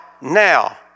now